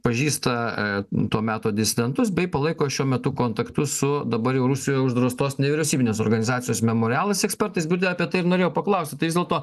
pažįsta to meto disidentus bei palaiko šiuo metu kontaktus su dabar jau rusijoj uždraustos nevyriausybinės organizacijos memorialas ekspertais apie tai ir norėjau paklausti tai vis dėlto